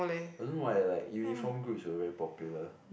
I don't know why like uniform groups were very popular